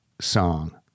song